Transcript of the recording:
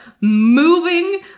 moving